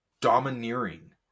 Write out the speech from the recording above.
domineering